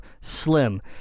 Slim